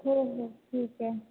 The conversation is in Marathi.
हो हो ठीक आहे